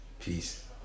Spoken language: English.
Peace